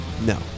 no